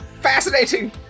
fascinating